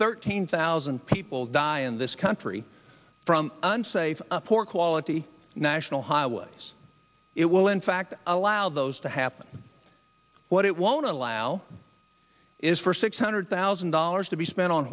thirteen thousand people die in this country from unsafe poor quality national highways it will in fact allow those to happen what it won't allow is for six hundred thousand dollars to be spent on